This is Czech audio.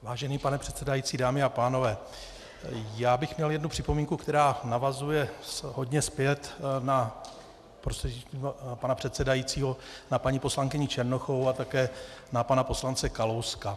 Vážený pane předsedající, dámy a pánové, já bych měl jednu připomínku, která navazuje hodně zpět, prostřednictvím pana předsedajícího na paní poslankyni Černochovou a také na pana poslance Kalouska.